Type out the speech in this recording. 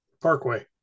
parkway